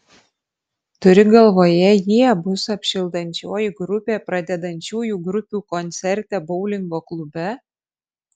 turi galvoje jie bus apšildančioji grupė pradedančiųjų grupių koncerte boulingo klube